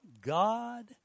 God